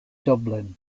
dublin